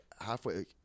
halfway